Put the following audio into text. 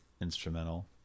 instrumental